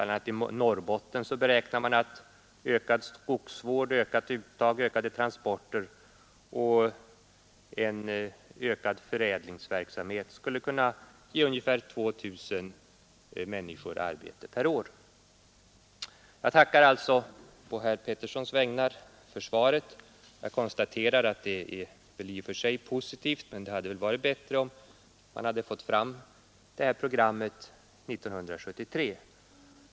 a. räknar man i Norrbotten med att ökad skogsvård, ökade uttag, ökade transporter och en ökad förädlingsverksamhet skulle kunna ge ungefär 2 000 människor arbete där varje år. Jag tackar alltså på herr Peterssons vägnar för svaret. Jag konstaterar att det är i och för sig positivt, men det hade väl varit bättre om vi fått fram det här programmet 1973.